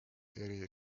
eri